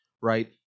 right